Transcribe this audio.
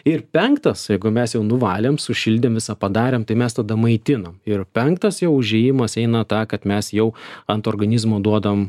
ir penktas jeigu mes jau nuvalėm sušildėm visa padarėm tai mes tada maitinam ir penktas jau užėjimas eina tą kad mes jau ant organizmo duodam